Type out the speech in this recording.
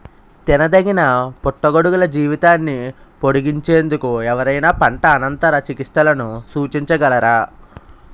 తినదగిన పుట్టగొడుగుల జీవితాన్ని పొడిగించేందుకు ఎవరైనా పంట అనంతర చికిత్సలను సూచించగలరా?